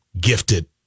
gifted